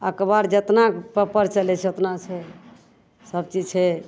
अखबार जेतना पेपर चलै छै ओतना छै सबचीज छै